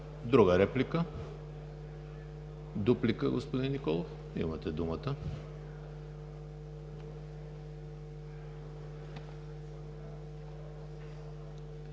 Друга реплика? Дуплика – господин Николов, имате думата.